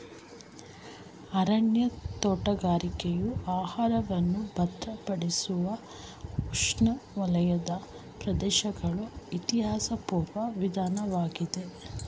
ಅರಣ್ಯ ತೋಟಗಾರಿಕೆಯು ಆಹಾರವನ್ನು ಭದ್ರಪಡಿಸುವ ಉಷ್ಣವಲಯದ ಪ್ರದೇಶಗಳ ಇತಿಹಾಸಪೂರ್ವ ವಿಧಾನವಾಗಿದೆ